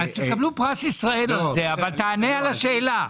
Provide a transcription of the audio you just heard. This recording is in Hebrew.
אז תקבלו פרס ישראל על זה, אבל תענו על השאלה.